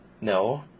no